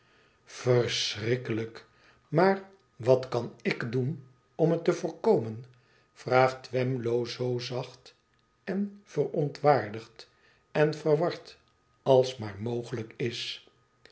verschrikkelijk maar wat kan t doen om het te voorkomen vraagt twemlow zoo zacht en verontwaardigd en verward als maar mogelijk is